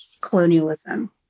colonialism